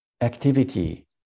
activity